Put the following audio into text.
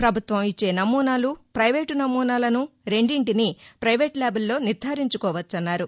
ప్రభుత్వం ఇచ్చే సమూనాలు రైవేటు నమూనాలను రెండింటినీ పైవేటు ల్యాబ్ల్లో నిర్దరించుకోవచ్చన్నారు